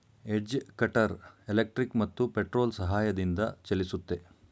edge cutter electric ಮತ್ತು petrol ಸಹಾಯದಿಂದ ಚಲಿಸುತ್ತೆ